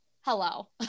hello